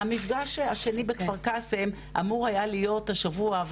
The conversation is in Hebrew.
והמפגש השני בכפר קאסם אמור היה להיות השבוע,